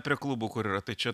prie klubų kur yra tai čia